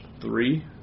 Three